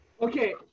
Okay